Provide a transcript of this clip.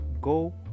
go